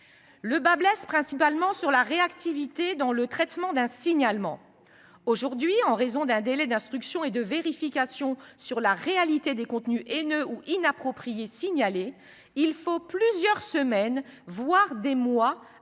Le bât blesse principalement sur la réactivité dans le traitement des signalements. Aujourd’hui, en raison d’un délai d’instruction et de vérification de la réalité des contenus haineux ou inappropriés signalés, il faut plusieurs semaines, voire des mois